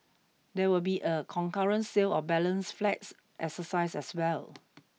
there will be a concurrent sale of balance flats exercise as well